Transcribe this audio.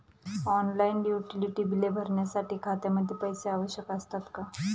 Online utility बिले भरण्यासाठी खात्यामध्ये पैसे आवश्यक असतात का?